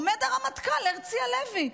עומד הרמטכ"ל הרצי הלוי,